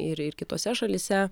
ir ir kitose šalyse